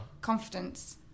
Confidence